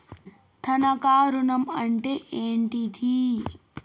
తనఖా ఋణం అంటే ఏంటిది?